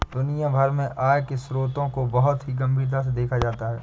दुनिया भर में आय के स्रोतों को बहुत ही गम्भीरता से देखा जाता है